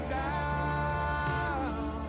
down